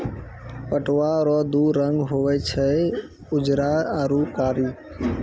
पटुआ रो दू रंग हुवे छै उजरा आरू कारी